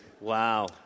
Wow